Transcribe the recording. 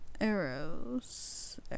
Arrows